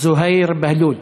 זוהיר בהלול,